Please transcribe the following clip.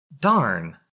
Darn